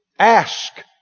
Ask